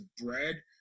bread